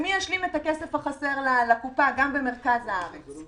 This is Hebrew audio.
מי ישלים את הכסף החסר לקופה גם במרכז הארץ.